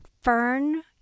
fern